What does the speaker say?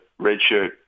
redshirt